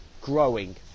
growing